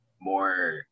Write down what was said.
more